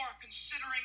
considering